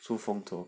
出风头